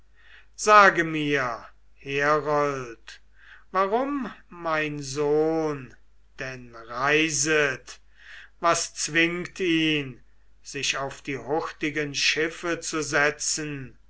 sage mir herold warum mein sohn denn reiset was zwingt ihn sich auf die hurtigen schiffe zu setzen